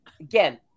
Again